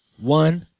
one